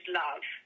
love